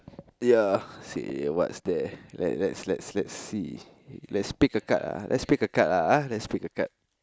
ya say what's there